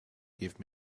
give